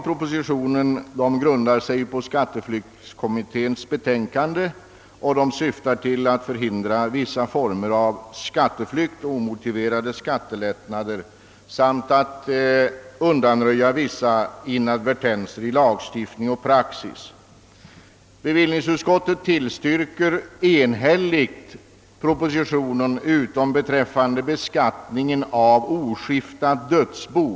Propositionens förslag grundar sig på skatteflyktskommitténs betänkande och syftar till att förhindra vissa former av skatteflykt och omotiverade skattelättnader samt till att undanröja vissa inadvertenser i lagstiftning och praxis. Bevillningsutskottet tillstyrker enhälligt propositionen med undantag för förslaget om beskattning av oskiftat dödsbo.